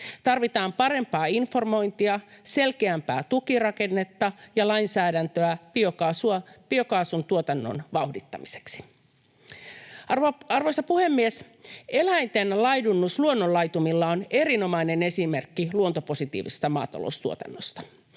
Tarvitaan parempaa informointia, selkeämpää tukirakennetta ja lainsäädäntöä biokaasun tuotannon vauhdittamiseksi. Arvoisa puhemies! Eläinten laidunnus luonnonlaitumilla on erinomainen esimerkki luontopositiivisesta maataloustuotannosta.